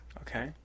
Okay